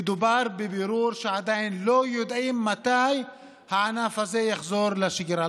ונאמר בבירור שעדיין לא יודעים מתי הענף הזה יחזור לשגרה.